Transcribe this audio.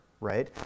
right